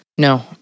No